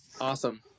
Awesome